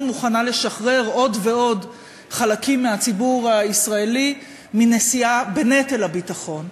מוכנה לשחרר עוד ועוד חלקים מהציבור הישראלי מנשיאה בנטל הביטחון.